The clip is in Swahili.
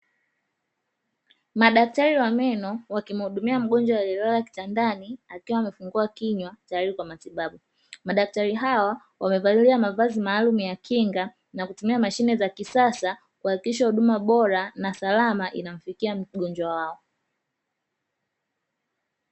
Madaktari wa meno wakimhudumia mgonjwa aliyelala kitandani, akiwa amefungua kinywa tayari kwa matibabu. Madaktari hawa wamevalia mavazi maalumu ya kinga na kutumia mashine za kisasa kuhakikisha huduma bora na salama inamfikia mgonjwa wao.